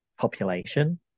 population